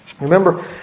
Remember